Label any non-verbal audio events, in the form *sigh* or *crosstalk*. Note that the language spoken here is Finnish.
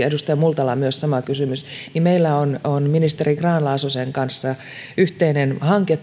*unintelligible* edustaja multalalla oli sama kysymys meillä on on ministeri grahn laasosen kanssa työn alla yhteinen hanke *unintelligible*